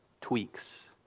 tweaks